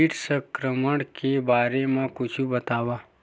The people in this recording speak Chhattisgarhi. कीट संक्रमण के बारे म कुछु बतावव?